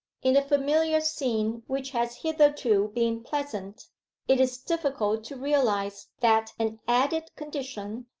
in a familiar scene which has hitherto been pleasant it is difficult to realize that an added condition,